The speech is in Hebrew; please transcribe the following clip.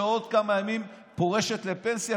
שעוד כמה ימים פורשת לפנסיה,